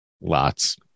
Lots